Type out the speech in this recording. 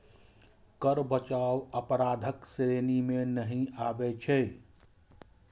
कर बचाव अपराधक श्रेणी मे नहि आबै छै